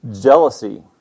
jealousy